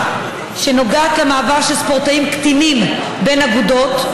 שנוגעת למעבר של ספורטאים קטינים בין אגודות.